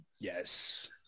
Yes